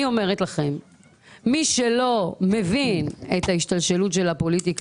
אני אומר לכם שמי שלא מבין את ההשתלשלות של הפוליטיקה